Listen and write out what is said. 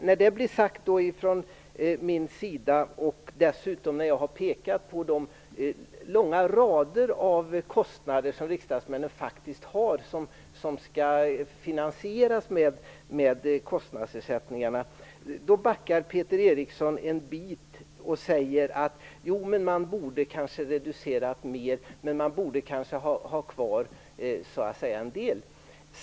När jag pekar på de långa rader av kostnader som riksdagsmännen faktiskt har och som skall finansieras med kostnadsersättningarna backar Peter Eriksson en bit och säger: Man borde ha reducerat mer, men kanske ha kvar en del.